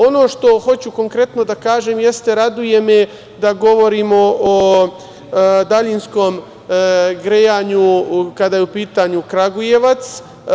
Ono što hoću konkretno da kažem jeste da me raduje da govorimo o daljinskom grejanju kada je u pitanju Kragujevac.